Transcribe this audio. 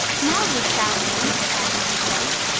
now you're shouting! cried mrs. bates.